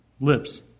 lips